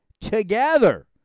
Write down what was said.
together